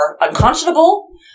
unconscionable